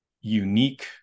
unique